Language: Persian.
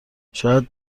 شاید